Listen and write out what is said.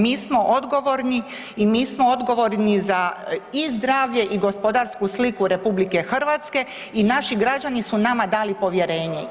Mi smo odgovorni i mi smo odgovorni za i zdravlje i gospodarsku sliku RH i naši građani su nama dali povjerenje.